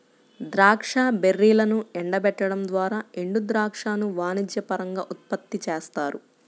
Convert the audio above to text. ద్రాక్ష బెర్రీలను ఎండబెట్టడం ద్వారా ఎండుద్రాక్షను వాణిజ్యపరంగా ఉత్పత్తి చేస్తారు